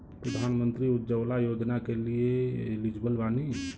प्रधानमंत्री उज्जवला योजना के लिए एलिजिबल बानी?